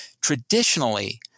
traditionally